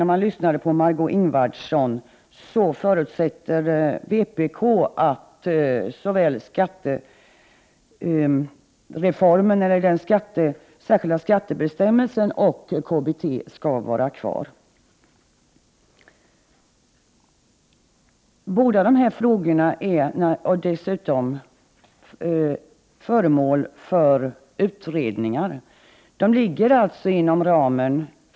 När man lyssnade på Margö Ingvardsson framgick det emellertid att vpk förutsätter att såväl den särskilda skattebestämmelsen som det kommunala bostadstillägget skall vara kvar. Båda dessa frågor är dessutom föremål för utredningar.